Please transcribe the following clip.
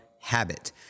Habit